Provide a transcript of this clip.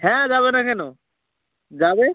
হ্যাঁ যাবে না কেন যাবে